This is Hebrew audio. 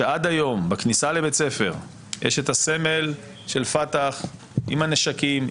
שעד היום בכניסה לבית הספר יש את הסמל של פת"ח עם הנשקים,